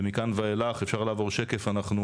ומכאן ואילך אנחנו מתקדמים.